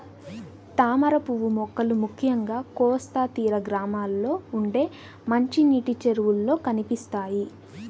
తామరపువ్వు మొక్కలు ముఖ్యంగా కోస్తా తీర గ్రామాల్లో ఉండే మంచినీటి చెరువుల్లో కనిపిస్తాయి